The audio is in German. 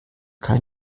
kein